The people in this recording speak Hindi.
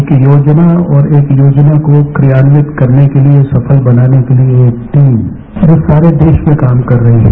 एक योजना और एक योजना को क्रियांवित करने के लिए सफल बनाने के लिए एक टीम जो सारे देश में काम कर रही है